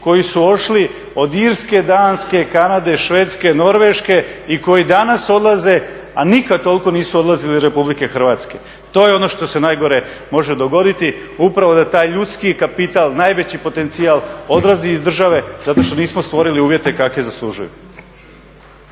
koji su otišli od Irske, Danske, Kanade, Švedske, Norveške i koji danas odlaze a nikad nisu toliko odlazili iz Republike Hrvatske. To je ono što se najgore može dogoditi upravo da taj ljudski kapital, najveći potencijal odlazi iz države zato što nismo stvorili uvjete kakve zaslužuju.